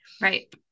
Right